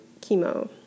chemo